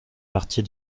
partie